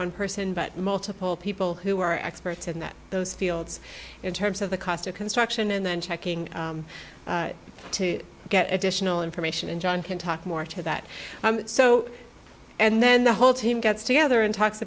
one person but multiple people who are experts in that those fields in terms of the cost of construction and then checking to get additional information and john can talk more to that so and then the whole team gets together and talks